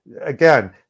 again